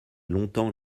longtemps